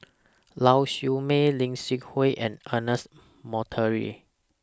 Lau Siew Mei Lim Seok Hui and Ernest Monteiro